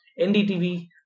NDTV